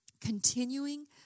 continuing